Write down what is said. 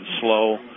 slow